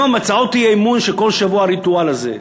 היום, הצעות האי-אמון בכל שבוע, הריטואל הזה,